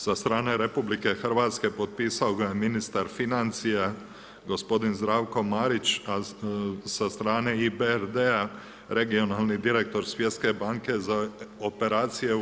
Sa strane RH potpisao ga je ministar financija gospodin Zdravko Marić, a sa strane IBRD-a regionalni direktor Svjetske banke za operacije u EU.